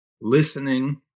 listening